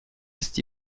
ist